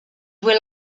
will